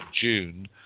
June